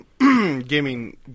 Gaming